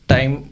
Time